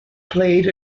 played